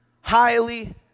highly